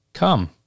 Come